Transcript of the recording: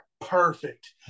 Perfect